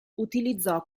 utilizzò